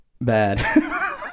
bad